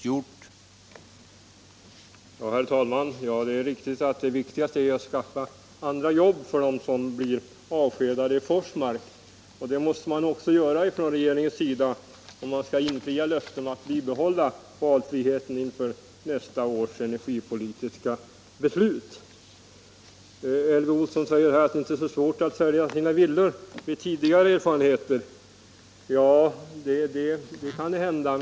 Herr talman! Det är riktigt att det är viktigast att skaffa andra jobb åt dem som blir avskedade i Forsmark. Det måste regeringen också göra om den skall infria löftet att bibehålla valfriheten inför nästa års energipolitiska beslut. Elvy Olsson säger att det enligt tidigare erfarenheter inte är svårt att sälja sina villor.